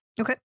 Okay